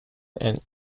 and